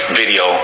video